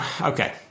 Okay